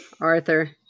Arthur